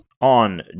on